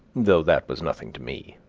though that was nothing to me